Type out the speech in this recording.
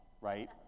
right